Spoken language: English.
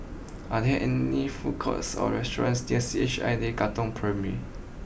are there any food courts or restaurants near C H I J Katong Primary